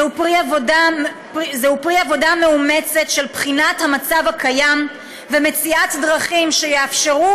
היא פרי עבודה מאומצת של בחינת המצב הקיים ומציאת דרכים שיאפשרו